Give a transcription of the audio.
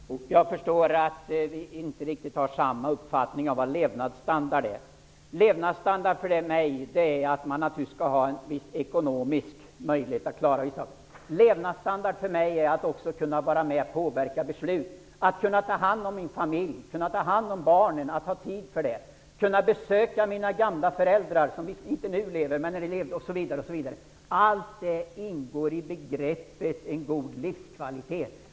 Herr talman! Jag förstår att vi inte riktigt har samma uppfattning om vad levnadsstandard är. Levnadsstandard för mig är naturligtvis att ha en viss ekonomisk möjlighet att klara i samhället. Levnadsstandard för mig är också att kunna vara med och påverka besluten, kunna ta hand om min familj, ha tid för mina barn, kunna besöka mina gamla föräldrar, osv. Allt detta ingår i begreppet en god livskvalitet.